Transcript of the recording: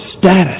status